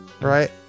right